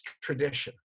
tradition